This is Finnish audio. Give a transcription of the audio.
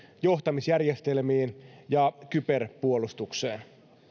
johtamisjärjestelmiin ja kyberpuolustukseen